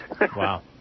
Wow